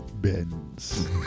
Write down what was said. benz